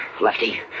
Lefty